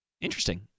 Interesting